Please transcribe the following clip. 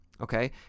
okay